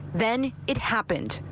then it happened.